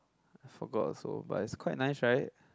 I forgot also but is quite nice right